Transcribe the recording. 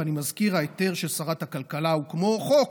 ואני מזכיר שההיתר של שרת הכלכלה הוא כמו חוק,